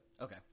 Okay